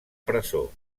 presó